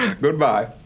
goodbye